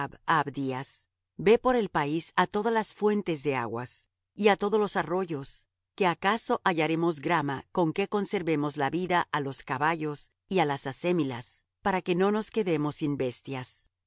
abdías ve por el país á todas las fuentes de aguas y á todos los arroyos que acaso hallaremos grama con que conservemos la vida á los caballos y á las acémilas para que no nos quedemos sin bestias